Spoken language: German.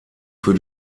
für